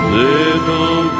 little